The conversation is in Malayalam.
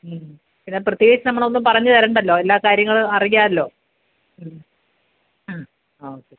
പിന്നെ പ്രത്യേകിച്ച് നമ്മളൊന്നും പറഞ്ഞു തരേണ്ടല്ലൊ എല്ലാ കാര്യങ്ങളും അറിയാമല്ലോ ഓക്കെ